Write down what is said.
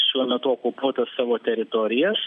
šiuo metu okupuotas savo teritorijas